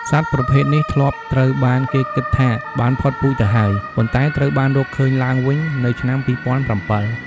សត្វប្រភេទនេះធ្លាប់ត្រូវបានគេគិតថាបានផុតពូជទៅហើយ ប៉ុន្តែត្រូវបានរកឃើញឡើងវិញនៅឆ្នាំ ២០០៧ ។